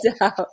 out